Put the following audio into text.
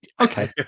okay